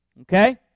Okay